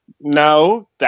no